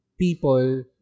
people